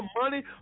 money